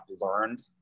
learned